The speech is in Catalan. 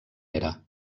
era